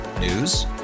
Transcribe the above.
News